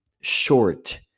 short